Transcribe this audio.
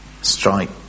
strike